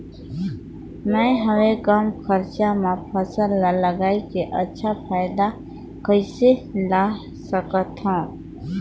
मैं हवे कम खरचा मा फसल ला लगई के अच्छा फायदा कइसे ला सकथव?